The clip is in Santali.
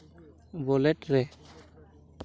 ᱚᱣᱟᱞᱮᱹᱴ ᱨᱮ